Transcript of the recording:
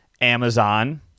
Amazon